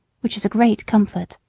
which is a great comfort.